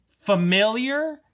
familiar